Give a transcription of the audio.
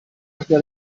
abbia